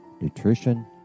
nutrition